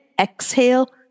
exhale